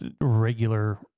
regular